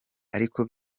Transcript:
ariko